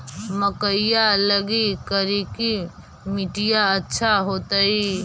मकईया लगी करिकी मिट्टियां अच्छा होतई